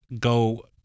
go